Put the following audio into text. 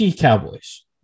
Cowboys